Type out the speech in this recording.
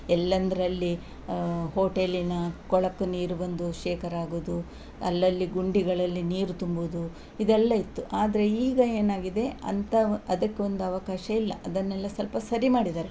ಎಲ್ಲೆಂದ್ರಲ್ಲಿ ಹೋಟೆಲಿನ ಕೊಳಕು ನೀರು ಬಂದು ಶೇಖರಾಗೋದು ಅಲ್ಲಲ್ಲಿ ಗುಂಡಿಗಳಲ್ಲಿ ನೀರು ತುಂಬೋದು ಇದೆಲ್ಲ ಇತ್ತು ಆದರೆ ಈಗ ಏನಾಗಿದೆ ಅಂಥವು ಅದಕ್ಕೊಂದು ಅವಕಾಶ ಇಲ್ಲ ಅದನ್ನೆಲ್ಲ ಸ್ವಲ್ಪ ಸರಿ ಮಾಡಿದ್ದಾರೆ